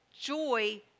Joy